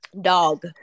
Dog